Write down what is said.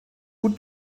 gut